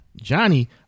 Johnny